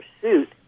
pursuit